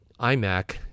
iMac